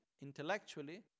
intellectually